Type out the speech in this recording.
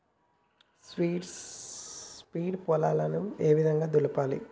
Seeds పొలాలను ఏ విధంగా దులపాలి?